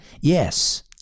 Yes